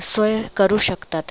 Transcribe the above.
स्वये करू शकतात